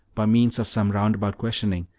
by means of some roundabout questioning,